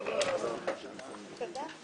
ננעלה בשעה 13:05.